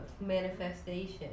manifestation